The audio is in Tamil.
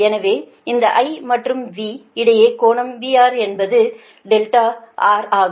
எனவே இந்த I மற்றும் V இடையே கோணம் VR என்பது R ஆகும்